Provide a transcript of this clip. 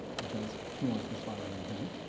because he wants the spotlight on him,